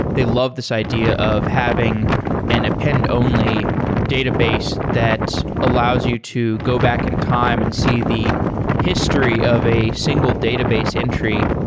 they love this idea of having an appen-only database that allows you to go back in time and see the history of a single database entry.